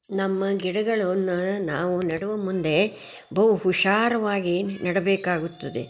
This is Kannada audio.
ನಮ್ಮ ಗಿಡಗಳನ್ನು ನಾವು ನೆಡುವ ಮುಂದೆ ಬಹು ಹುಷಾರಾಗಿ ನೆಡಬೇಕಾಗುತ್ತದೆ